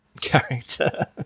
character